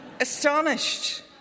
Astonished